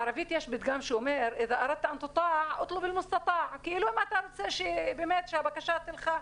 בערבות יש פתגם שאומר: "אם אתה רוצה שיצייתו לך,